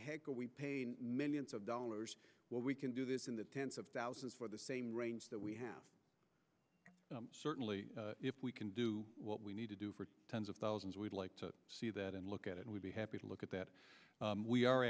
heck are we paying millions of dollars when we can do this in the tens of thousands for the same range that we have certainly if we can do what we need to do for tens of thousands we'd like to see that and look at and we'd be happy to look at that we are